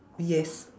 yes